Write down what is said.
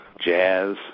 jazz